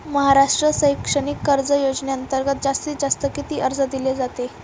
महाराष्ट्र शैक्षणिक कर्ज योजनेअंतर्गत जास्तीत जास्त किती कर्ज दिले जाते?